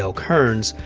so kearns,